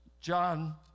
John